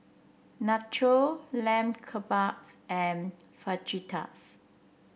Nacho Lamb Kebabs and Fajitas